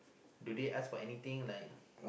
do they ask for anything like